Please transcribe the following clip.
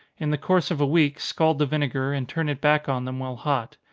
in the course of a week, scald the vinegar, and turn it back on them while hot.